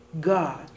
God